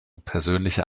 persönliche